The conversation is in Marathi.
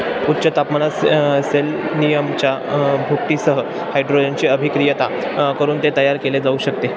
उच्च तापमानात सेलनियमच्या भुकटीसह हायड्रोजनची अभिक्रिया करून ते तयार केले जाऊ शकते